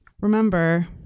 remember